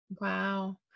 Wow